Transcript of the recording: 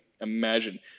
imagine